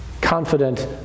confident